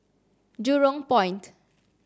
Jurong Point